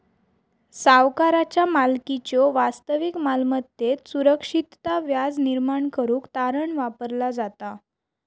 सावकाराचा मालकीच्यो वास्तविक मालमत्तेत सुरक्षितता व्याज निर्माण करुक तारण वापरला जाता